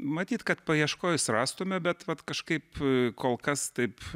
matyt kad paieškojus rastume bet vat kažkaip kol kas taip